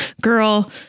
girl